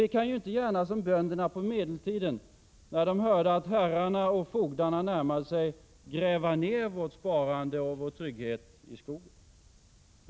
Vi kan ju inte gärna, som bönderna på medeltiden när de hörde att herrarna och fogdarna närmade sig, gräva ner vårt sparande och vår trygghet i skogen.